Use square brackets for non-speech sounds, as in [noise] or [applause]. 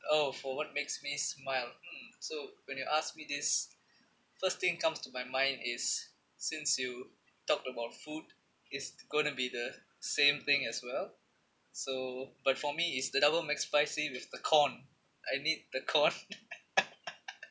oh for what makes me smile hmm so when you ask me this first thing comes to my mind is since you talked about food is going to be the same thing as well so but for me is the double Mcspicy with the corn I need the corn [laughs]